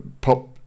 pop